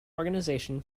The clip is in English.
organization